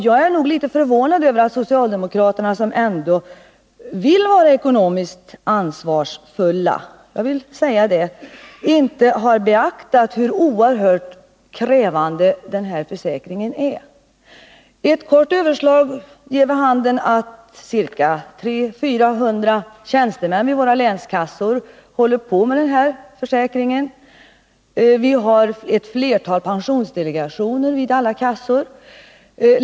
Jag är litet förvånad över att socialdemokraterna, som ändå vill vara ekonomiskt ansvarsfulla, inte har beaktat hur oerhört krävande den här försäkringen är. Ett snabbt överslag ger vid handen att 300-400 tjänstemän vid våra länskassor handlägger ärenden som rör försäkringen. Vi har vid alla kassor ett flertal pensionsdelegationer.